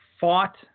fought